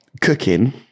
cooking